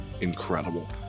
incredible